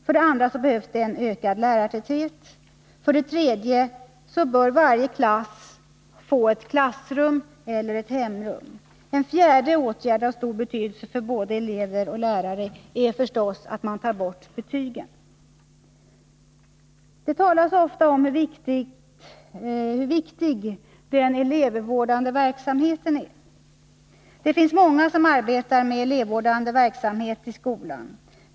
För det andra behövs det en ökad lärartäthet. För det tredje bör varje klass få ett klassrum eller ett hemrum. En fjärde åtgärd av stor betydelse för både elever och lärare är givetvis att man tar bort betygen. Det talas ofta om hur viktig den elevvårdande verksamheten är. Det finns många som arbetar med elevvårdande verksamhet i skolan.